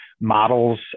models